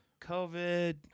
COVID